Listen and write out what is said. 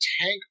tank